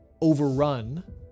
overrun